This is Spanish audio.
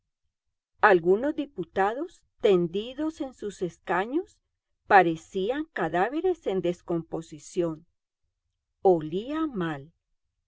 algunos diputados tendidos en sus escaños parecían cadáveres en descomposición olía mal